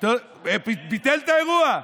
ביטל את האירוע,